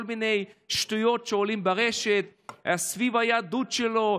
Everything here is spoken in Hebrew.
מיני שטויות שעולות ברשת סביב היהדות שלו,